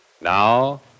Now